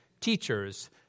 teachers